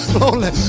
lonely